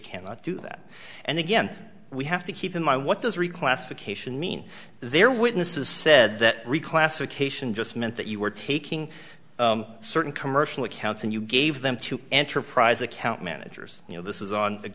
cannot do that and again we have to keep in mind what this reclassification mean there witnesses said that reclassification just meant that you were taking certain commercial accounts and you gave them to enterprise account managers you know this is on